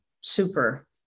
super